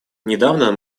недавно